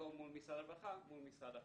במקום מול משרד הרווחה, מול משרד החינוך.